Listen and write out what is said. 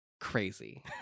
crazy